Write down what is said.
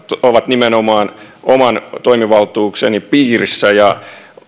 ovat nimenomaan omien toimivaltuuksieni piirissä ja